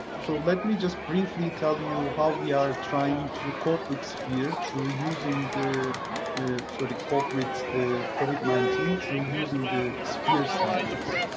so let me just briefly tell you how we are trying to cope with sphere through using the sorry, sort of cope with covid nineteen, through using the sphere standards.